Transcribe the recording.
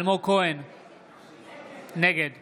נגד